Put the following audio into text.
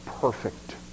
perfect